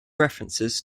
references